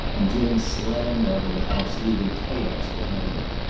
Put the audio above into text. and jim slammed out of the house, leaving chaos behind him.